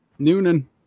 Noonan